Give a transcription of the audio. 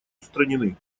устранены